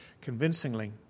convincingly